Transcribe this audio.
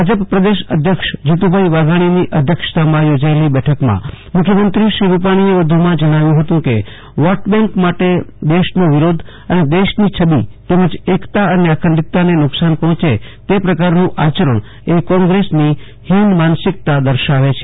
ભાજપ પ્રદેશ અધ્યક્ષ જીતુભાઈ વાઘાણીની અધ્યક્ષતામાં યોજાયેલી બેઠકમાં મુખ્યમંત્રશ્રી રૂપાણીએ વધુમાં જણાવ્યું હતું કે વોટ બેન્ક માટે દેશનો વિરોધ અને દેશની છબી તેમજ એકતા અને અખંડિતતાને નુકસાન પહોંચે તે પ્રકારનું આચરણ એ કોંગ્રેસની હીન માનસિકતા દર્શાવે છે